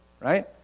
Right